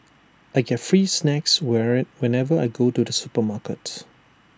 I get free snacks whenever I go to the supermarket